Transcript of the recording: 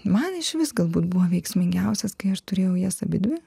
man išvis galbūt buvo veiksmingiausias kai aš turėjau jas abidvi